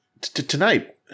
tonight